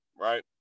right